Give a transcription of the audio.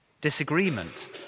Disagreement